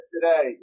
today